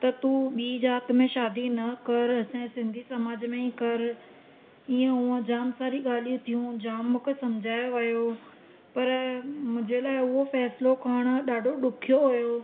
त तूं ॿी जात में शादी न कर असांजे सिंधी समाज में ई कर ईअं ऊअं जामु सारियूं ॻाल्हियूं थियूं मूंखे सम्झायो वियो पर मुंहिंजे लाइ उहो फ़ैसिलो करणु ॾाढो ॾुखियो हुयो